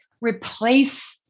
replace